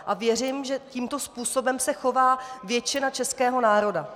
A věřím, že tímto způsobem se chová většina českého národa.